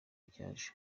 cyaje